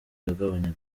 ugabanya